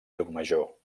llucmajor